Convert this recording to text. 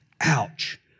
Ouch